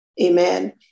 Amen